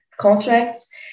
contracts